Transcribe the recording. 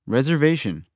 Reservation